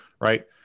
Right